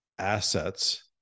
assets